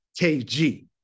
KG